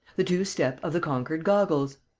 the two-step of the conquered goggles!